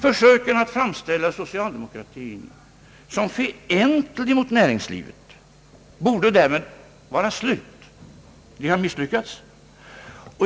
Försöken att framställa socialdemokratin som fientlig mot näringslivet borde därmed upphöra. De har misslyckats.